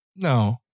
No